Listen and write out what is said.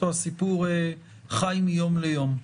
או שהסיפור חי מיום ליום?